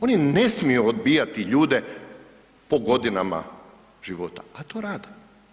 Oni ne smiju odbijati ljude po godinama života, a to rade.